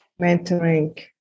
mentoring